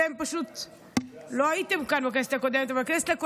אתם פשוט לא הייתם כאן בכנסת הקודמת,